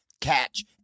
Catch